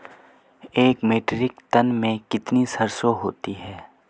एक metric ton में कितनी सरसों होती है?